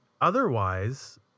otherwise